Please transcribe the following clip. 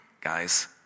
guys